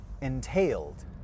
entailed